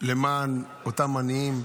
למען אותם עניים,